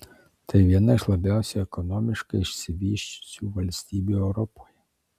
tai viena iš labiausiai ekonomiškai išsivysčiusių valstybių europoje